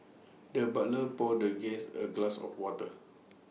the butler poured the guest A glass of water